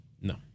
No